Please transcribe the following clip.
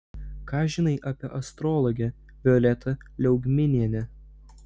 ką žinai apie astrologę violetą liaugminienę